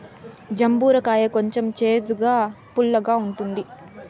జంబూర కాయ కొంచెం సేదుగా, పుల్లగా ఉంటుంది